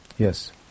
Yes